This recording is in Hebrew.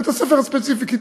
בבית-הספר הספציפי,